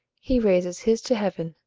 he raises his to heaven,